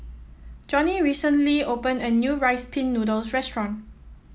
Jonnie recently opened a new Rice Pin Noodles restaurant